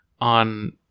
on